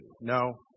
No